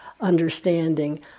understanding